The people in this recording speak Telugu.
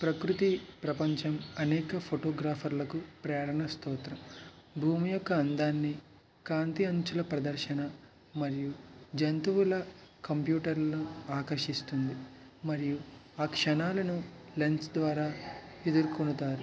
ప్రకృతి ప్రపంచం అనేక ఫోటోగ్రాఫర్లకు ప్రేరణ స్తోత్రం భూమి యొక్క అందాన్ని కాంతి అంచుల ప్రదర్శన మరియు జంతువుల కంప్యూటర్ల ఆకర్షిస్తుంది మరియు ఆ క్షణాలను లెన్స్ ద్వారా ఎదుర్కొంటారు